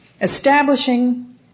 establishing